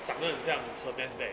长得很像 Hermes bag